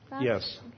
Yes